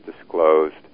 disclosed